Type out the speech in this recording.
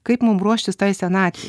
kaip mum ruoštis tai senatvei